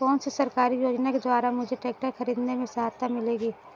कौनसी सरकारी योजना के द्वारा मुझे ट्रैक्टर खरीदने में सहायता मिलेगी?